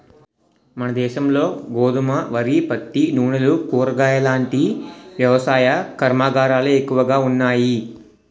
మనదేశంలో గోధుమ, వరి, పత్తి, నూనెలు, కూరగాయలాంటి వ్యవసాయ కర్మాగారాలే ఎక్కువగా ఉన్నాయి